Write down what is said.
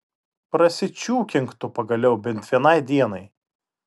prasičiūkink tu pagaliau bent vienai dienai